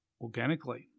organically